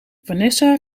vanessa